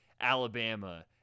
Alabama